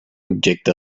objecte